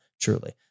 truly